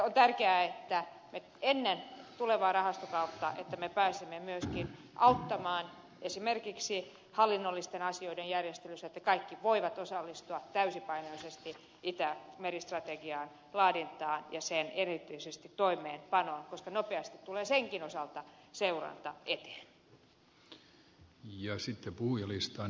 on tärkeää että ennen tulevaa rahastokautta pääsemme myöskin auttamaan esimerkiksi hallinnollisten asioiden järjestelyissä että kaikki voivat osallistua täysipainoisesti itämeri strategian laadintaan ja erityisesti sen toimeenpanoon koska nopeasti tulee senkin osalta seuranta eteen